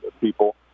people